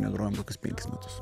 negrojom kokius penkis metus